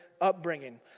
upbringing